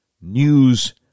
news